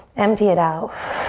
empty it out.